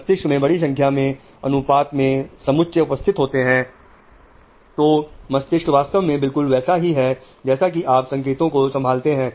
मस्तिष्क में बड़ी संख्या में अनुपात के समुच्चय उपस्थित होते हैं तो मस्तिष्क वास्तव में बिल्कुल वैसा ही है जैसा कि आप संकेतों को संभालते हैं